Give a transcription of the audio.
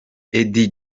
eddie